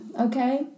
Okay